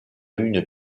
une